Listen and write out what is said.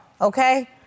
okay